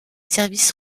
services